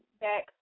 back